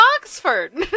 Oxford